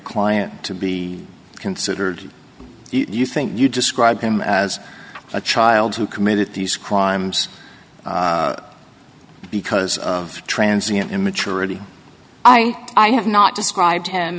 client to be considered you think you described him as a child who committed these crimes because of transit immaturity i i have not describe